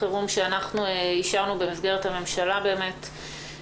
חירום שאנחנו אישרנו במסגרת הממשלה בעקבות המצב.